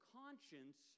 conscience